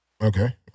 Okay